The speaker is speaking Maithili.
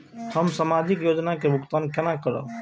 हम सामाजिक योजना के भुगतान केना करब?